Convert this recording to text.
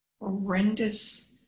horrendous